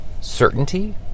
certainty